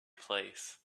place